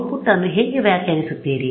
Output ಅನ್ನು ಹೇಗೆ ವ್ಯಾಖ್ಯಾನಿಸುತ್ತೀರಿ